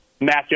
matchup